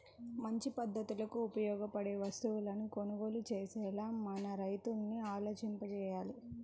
మంచి పద్ధతులకు ఉపయోగపడే వస్తువులను కొనుగోలు చేసేలా మన రైతుల్ని ఆలోచింపచెయ్యాలి